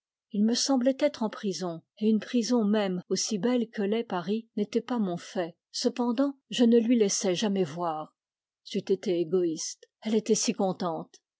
il me semblait être en prison et une prison même aussi belle que l'est paris n'était pas mon fait cependant je ne le lui laissai jamais voir c'eût été égoïste elle était si contente